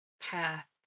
path